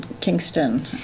Kingston